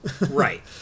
right